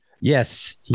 Yes